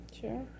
sure